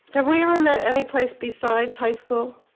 have we ever met anyplace besides high school?